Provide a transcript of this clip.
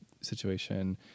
situation